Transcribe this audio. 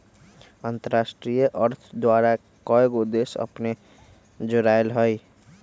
अंतरराष्ट्रीय अर्थ द्वारा कएगो देश अपने में जोरायल हइ